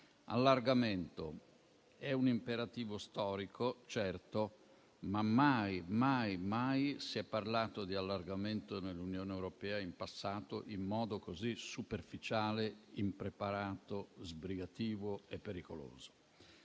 Allargamento è un imperativo storico, certo, ma mai e poi mai in passato si è parlato di allargamento nell'Unione europea in modo così superficiale, impreparato, sbrigativo e pericoloso.